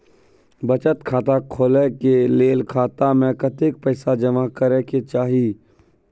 बचत खाता खोले के लेल खाता में कतेक पैसा जमा करे के चाही?